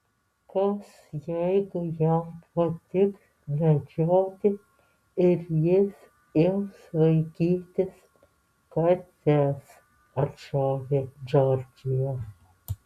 kas jeigu jam patiks medžioti ir jis ims vaikytis kates atšovė džordžija